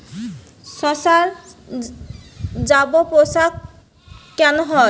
সর্ষায় জাবপোকা কেন হয়?